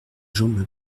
jambes